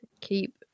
keep